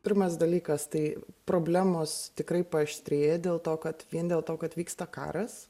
pirmas dalykas tai problemos tikrai paaštrėja dėl to kad vien dėl to kad vyksta karas